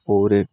और